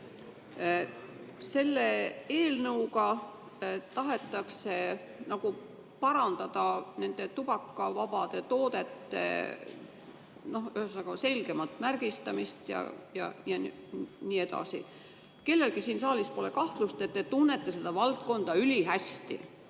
Selle eelnõuga tahetakse parandada tubakavabade toodete selgemat märgistamist jne. Kellelgi siin saalis pole kahtlust, et te tunnete seda valdkonda ülihästi,